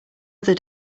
other